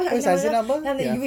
what's your I_C number ya